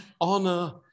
honor